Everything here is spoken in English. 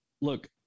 look